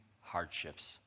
hardships